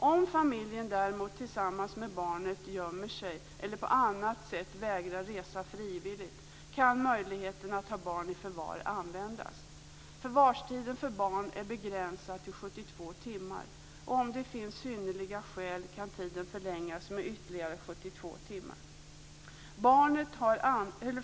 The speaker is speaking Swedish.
Om familjen däremot tillsammans med barnet gömmer sig eller på annat sätt vägrar resa frivilligt kan möjligheten att ta barn i förvar användas. Förvarstiden för barn är begränsad till 72 timmar, och om det finns synnerliga skäl kan tiden förlängas med ytterligare 72 timmar.